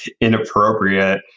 inappropriate